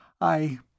I